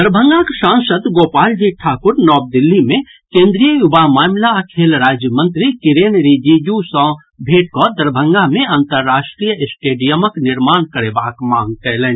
दरभंगाक सांसद गोपालजी ठाकुर नव दिल्ली मे केन्द्रीय युवा मामिला आ खेल राज्य मंत्री किरेण रिजीजू सँ भेंट कऽ दरभंगा मे अन्तराष्ट्रीय स्टेडियमक निर्माण करेबाक मांग कयलनि